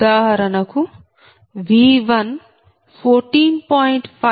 ఉదాహరణకు V114